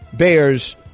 Bears